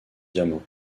diamant